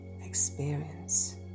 experience